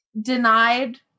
denied